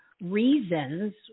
reasons